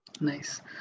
nice